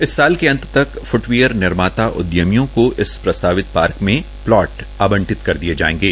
इस साल के अंत तक फुटवियर निर्माता उद्यमियों को इस प्रस्तावित पार्क में प्लाट आंवटित कर दिये जायेंगे